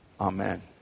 Amen